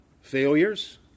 failures